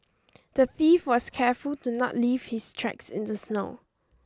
the thief was careful to not leave his tracks in the snow